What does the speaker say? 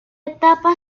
etapa